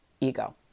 ego